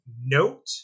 note